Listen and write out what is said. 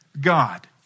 God